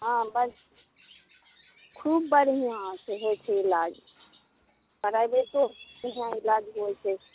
हँ बढ़ खुब बढ़िऑं से होइ छै इलाज प्राईबेटोके इहाॅं इलाज होइ छै